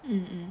mm mm